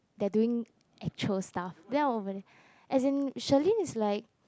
they are doing actual stuff then I over there as in Shirlyn is like